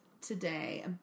today